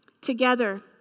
Together